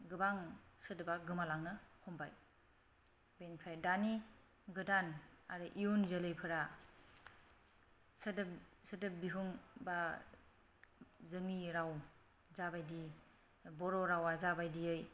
गोबां सोदोबा गोमालांनो हमबाय बेनिफ्राय दानि गोदान आरो इयुन जोलैफोरा सोदोब सोदोब बिहुं एबा जोंनि राव जाबायदि बर' रावआ जाबायदियै